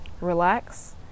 relax